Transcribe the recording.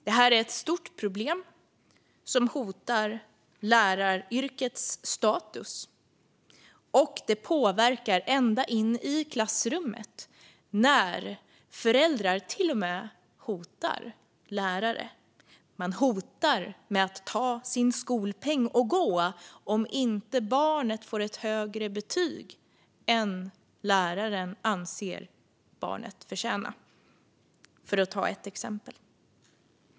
Det här är ett stort problem som hotar läraryrkets status, och det påverkar ända in i klassrummet, när föräldrar till och med hotar lärare. Man hotar med att ta sin skolpeng och gå om inte barnet får ett högre betyg än läraren anser barnet förtjäna, för att ta ett exempel.